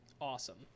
awesome